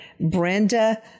Brenda